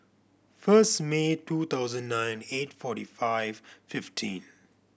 first May two thousand nine eight forty five fifteen